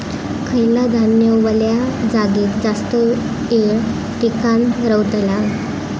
खयला धान्य वल्या जागेत जास्त येळ टिकान रवतला?